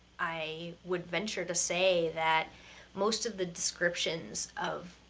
i would venture to say that most of the descriptions of